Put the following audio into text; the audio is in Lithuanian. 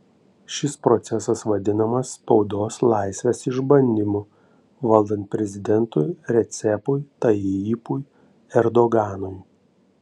šis procesas vadinamas spaudos laisvės išbandymu valdant prezidentui recepui tayyipui erdoganui